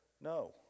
no